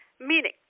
Meaning